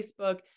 Facebook